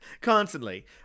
Constantly